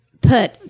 put